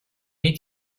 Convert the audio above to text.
need